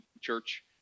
church